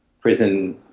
prison